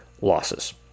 losses